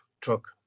truck